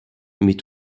mais